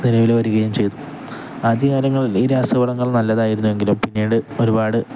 നിലവില് വരികയും ചെയ്തു ആദ്യ കാലങ്ങളില് ഈ രാസവളങ്ങൾ നല്ലതായിരുന്നു എങ്കിലും പിന്നീട് ഒരുപാട്